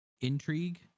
intrigue